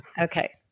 Okay